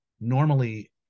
normally